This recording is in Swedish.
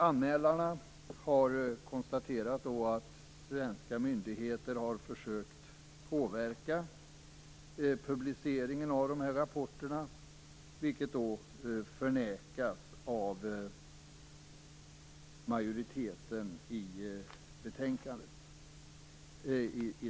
Anmälarna har konstaterat att svenska myndigheter har försökt påverka publiceringen av de här rapporterna, vilket förnekas av majoriteten i betänkandet.